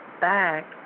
back